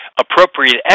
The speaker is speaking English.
Appropriate